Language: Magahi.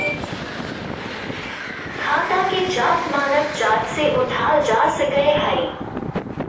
खाता के चार्ट मानक चार्ट से उठाल जा सकय हइ